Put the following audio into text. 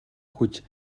хүч